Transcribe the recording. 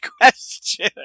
question